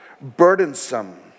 burdensome